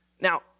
Now